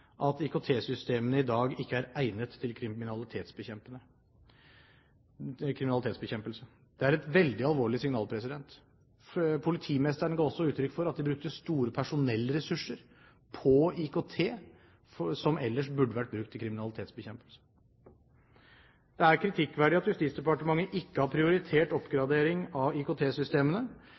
at IKT-systemene i dag ikke er egnet til kriminalitetsbekjempelse. Det er et veldig alvorlig signal. Politimestrene ga også uttrykk for at de brukte store personellressurser på IKT, som ellers burde vært brukt i kriminalitetsbekjempelse. Det er kritikkverdig at Justisdepartementet ikke har prioritert oppgradering av